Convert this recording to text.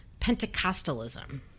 Pentecostalism